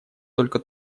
только